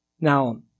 Now